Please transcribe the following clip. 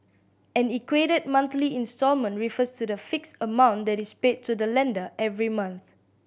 an equated monthly instalment refers to the fixed amount that is paid to the lender every month